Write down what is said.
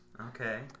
Okay